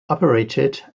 operated